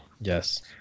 yes